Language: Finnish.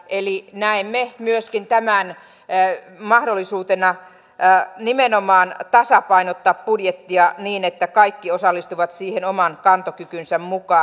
eli näemme myöskin tämän mahdollisuutena nimenomaan tasapainottaa budjettia niin että kaikki osallistuvat siihen oman kantokykynsä mukaan